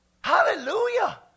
Hallelujah